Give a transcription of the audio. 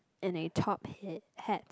and a top hat